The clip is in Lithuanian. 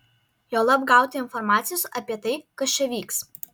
juolab gauti informacijos apie tai kas čia vyks